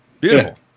Beautiful